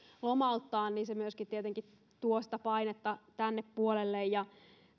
lomauttamaan tuo myöskin tietenkin sitä painetta tänne puolelle